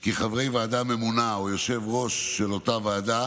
כי חברי ועדה ממונה או יושב-ראש אותה ועדה